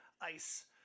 ice